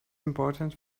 important